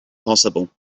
possible